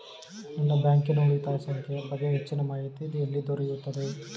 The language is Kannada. ನನ್ನ ಬ್ಯಾಂಕಿನ ಉಳಿತಾಯ ಸಂಖ್ಯೆಯ ಬಗ್ಗೆ ಹೆಚ್ಚಿನ ಮಾಹಿತಿ ಎಲ್ಲಿ ದೊರೆಯುತ್ತದೆ?